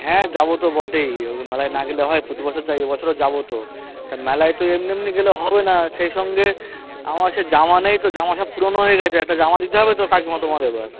হ্যাঁ যাবো তো বটেই ওই মেলায় না গেলে হয় প্রতি বছর যাই এ বছরও যাবো তো হ্যাঁ মেলায় তো এমনি এমনি গেলে হবে না সেই সঙ্গে আমার সে জামা নেই তো জামা সব পুরোনো হয়ে গেছে একটা জামা দিতে হবে তো কাকিমা তোমার এবার